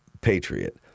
patriot